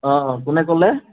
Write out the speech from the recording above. অ' অ' কোনে ক'লে